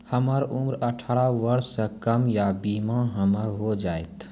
हमर उम्र अठारह वर्ष से कम या बीमा हमर हो जायत?